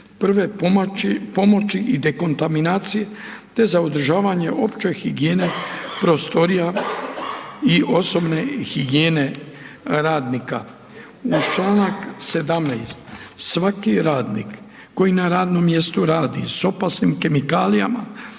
prve pomoći i dekontaminacije, te za održavanje opće higijene prostorija i osobne higijene radnika. Uz čl. 17. svaki radnik koji na radnom mjestu radi s opasnim kemikalijama